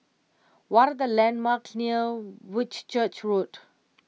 what are the landmarks near Whitchurch Road